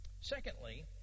Secondly